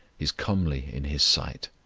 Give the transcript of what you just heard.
is comely in his sight.